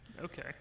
Okay